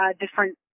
different